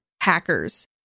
hackers